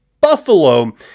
Buffalo